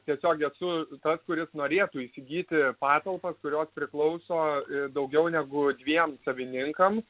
tiesiog esu tas kuris norėtų įsigyti patalpas kurios priklauso daugiau negu dviem savininkam